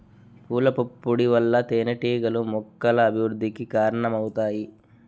పూల పుప్పొడి వల్ల తేనెటీగలు మొక్కల అభివృద్ధికి కారణమవుతాయి